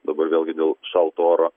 dabar vėlgi dėl šalto oro